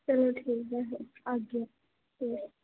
चलो ठीक ऐ आह्गे ठीक ऐ